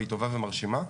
טובה ומרשימה,